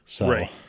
Right